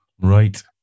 Right